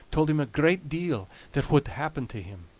told him a great deal that whould happen to him,